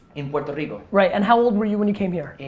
in puerto rico. right and how old were you when you came here?